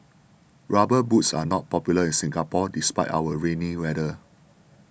rubber boots are not popular in Singapore despite our rainy weather